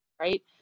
right